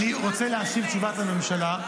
אני רוצה להשיב את תשובת הממשלה,